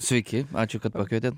sveiki ačiū kad pakvietėt